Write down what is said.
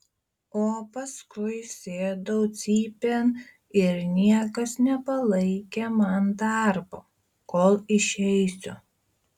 o paskui sėdau cypėn ir niekas nepalaikė man darbo kol išeisiu